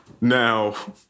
Now